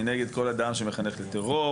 אני נגד כל אדם שמחנך לטרור.